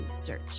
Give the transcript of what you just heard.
search